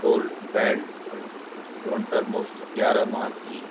tool پینٹونٹر مفت گیارہ ماس کی